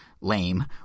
lame